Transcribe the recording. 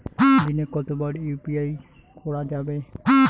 দিনে কতবার ইউ.পি.আই করা যাবে?